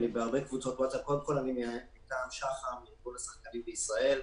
אני מדבר מטעם שח"ם, ארגון השחקנים בישראל.